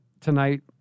tonight